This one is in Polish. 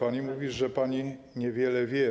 Pani mówi, że pani niewiele wie.